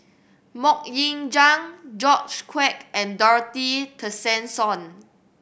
Mok Ying Jang George Quek and Dorothy Tessensohn